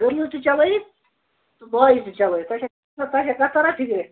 girls تہِ چَلٲوِتھ تہٕ بایِز تہِ چلٲوِتھ تۄہہِ تۄہہِ چھا کتھ تَران فِکری